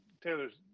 Taylor's